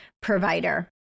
provider